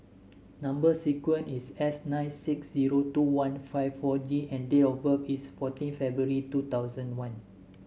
number sequence is S nine six zero two one five four G and date of birth is fourteen February two thousand one